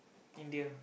India